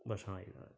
ഭക്ഷണമായിരുന്നു